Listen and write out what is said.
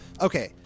Okay